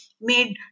made